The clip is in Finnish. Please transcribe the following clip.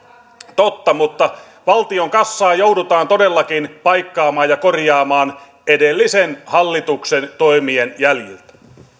totta mutta valtion kassaa joudutaan todellakin paikkaamaan ja korjaamaan edellisen hallituksen toimien jäljiltä